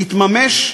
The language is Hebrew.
יתממש,